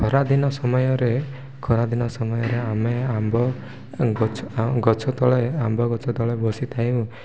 ଖରାଦିନ ସମୟରେ ଖରାଦିନ ସମୟରେ ଆମେ ଆମ୍ବ ଗଛ ଗଛ ତଳେ ଆମ୍ବ ଗଛ ତଳେ ବସିଥାଉ